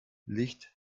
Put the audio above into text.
licht